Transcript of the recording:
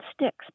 sticks